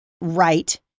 right